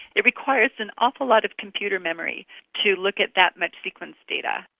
it requires an awful lot of computer memory to look at that much sequence data,